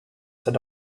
that